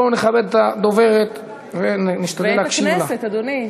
בואו נכבד את הדוברת ונשתדל להקשיב לה.